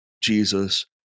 Jesus